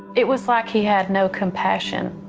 it was like he had no compassion.